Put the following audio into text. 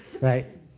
right